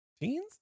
teens